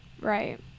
Right